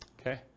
Okay